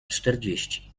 czterdzieści